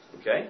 Okay